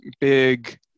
big